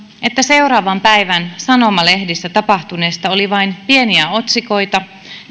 että seuraavan päivän sanomalehdissä tapahtuneesta oli vain pieniä otsikoita